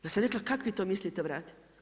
Ja sam rekla, kak vi to mislite vratiti.